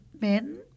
men